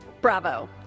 Bravo